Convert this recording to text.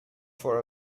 for